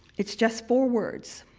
it's just four words